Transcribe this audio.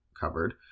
covered